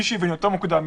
מי שהבין יותר מוקדם,